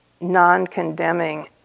non-condemning